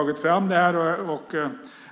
då tagit fram det här.